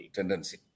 Tendency